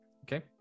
Okay